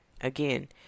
again